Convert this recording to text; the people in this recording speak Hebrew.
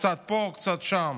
קצת פה וקצת שם.